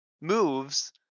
moves